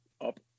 up